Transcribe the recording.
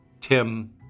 Tim